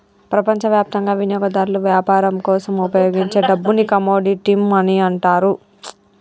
ప్రపంచవ్యాప్తంగా వినియోగదారులు వ్యాపారం కోసం ఉపయోగించే డబ్బుని కమోడిటీ మనీ అంటారు